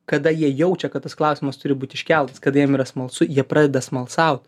kada jie jaučia kad tas klausimas turi būt iškeltas kad jiem yra smalsu jie pradeda smalsaut